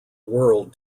world